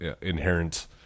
inherent